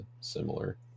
similar